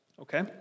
okay